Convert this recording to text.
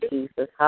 Jesus